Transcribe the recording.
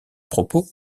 propos